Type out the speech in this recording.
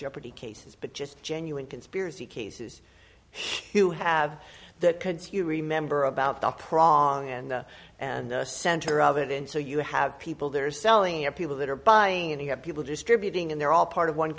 jeopardy cases but just genuine conspiracy cases who have the kids you remember about the prong and the center of it and so you have people there selling your people that are buying and you have people distributing and they're all part of one